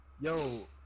Yo